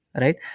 right